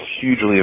hugely